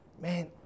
man